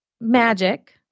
magic